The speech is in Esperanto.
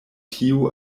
tiu